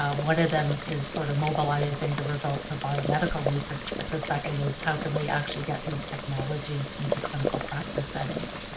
um one of them is sort of mobilizing the results of biomedical research, but the second is how can we actually get these technologies into clinical practice settings?